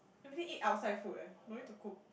everyday eat outside food eh no need to cook